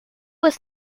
was